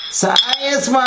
Science